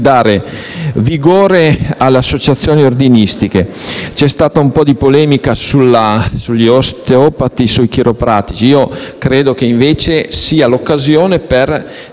ridare vigore alle associazioni ordinistiche. C'è stata un po' di polemica sugli osteopati e i chiropratici. Io credo che, invece, questa sia l'occasione per